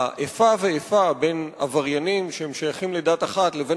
האיפה ואיפה בין עבריינים ששייכים לדת אחת לבין